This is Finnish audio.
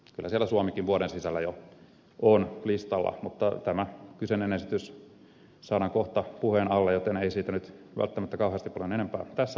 kyllä siellä suomikin vuoden sisällä jo on listalla mutta tämä kyseinen esitys saadaan kohta puheen alle joten ei siitä nyt välttämättä kauheasti paljon enempää tässä vaiheessa